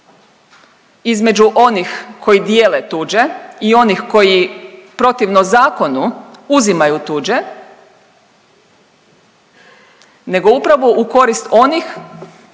između onih koji dijele tuđe i onih koji protivno zakonu uzimaju tuđe nego upravo u korist onih